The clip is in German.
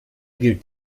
gilt